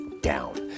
down